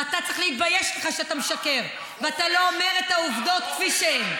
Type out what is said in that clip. ואתה צריך להתבייש לך שאתה משקר ואתה לא אומר את העובדות כפי שהן.